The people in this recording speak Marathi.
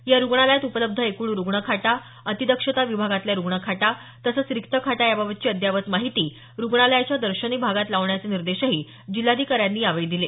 या रुग्णालयात उपलब्ध एकूण रुग्ण खाटा अतिदक्षता विभागातल्या रुग्णखाटा तसंच रिक्त खाटा याबाबतची अद्ययावत माहिती रुग्णालयाच्या दर्शनी भागात लावण्याचे निर्देशही जिल्हाधिकाऱ्यांनी दिले